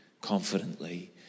confidently